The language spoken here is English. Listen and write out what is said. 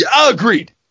Agreed